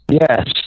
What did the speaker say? Yes